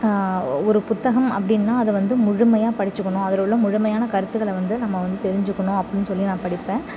ஒரு புத்தகம் அப்படினா அதை வந்து முழுமையாக படிச்சுக்கணும் அதில் உள்ள முழுமையான கருத்துக்களை வந்து நம்ம வந்து தெரிஞ்சுக்கணும் அப்படினு சொல்லி நான் படிப்பேன்